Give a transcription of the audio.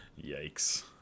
yikes